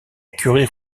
curie